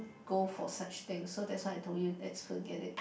go for such things so that's why I told you let's forget it